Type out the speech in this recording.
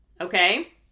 Okay